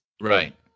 Right